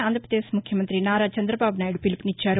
ఆంధ్రావదేశ్ ముఖ్యమంతి నారా చంద్రబాబునాయుడు పీలుపునిచ్చారు